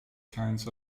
kinds